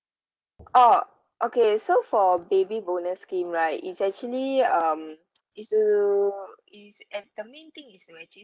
oh okay so for baby bonus scheme right it's actually um is to it's at the main thing is to actually